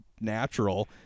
natural